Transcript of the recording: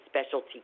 specialty